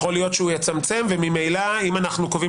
יכול להיות שהוא יצמצם וממילא אם אנחנו קובעים